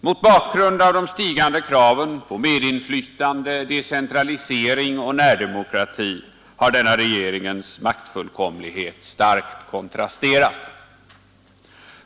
Mot de stigande kraven på medinflytande, decentralisering och närdemokrati har denna regeringens maktfullkomlighet starkt kontrasterat.